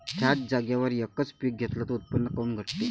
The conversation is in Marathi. थ्याच जागेवर यकच पीक घेतलं त उत्पन्न काऊन घटते?